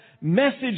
message